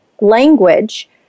language